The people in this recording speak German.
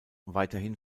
weiterhin